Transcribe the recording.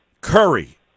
Curry